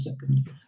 second